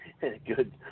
good